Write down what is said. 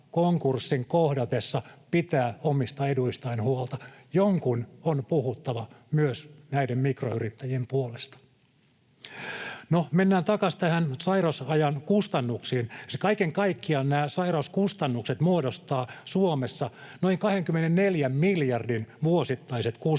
konkurssin kohdatessa pitää omista eduistaan huolta, jonkun on puhuttava myös näiden mikroyrittäjien puolesta. No, mennään takaisin näihin sairausajan kustannuksiin. Kaiken kaikkiaan nämä sairauskustannukset muodostavat Suomessa noin 24 miljardin vuosittaiset kustannukset,